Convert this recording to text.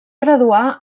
graduar